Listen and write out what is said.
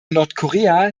nordkorea